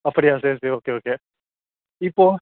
அப்படியா சரி சரி ஓகே ஓகே இப்போது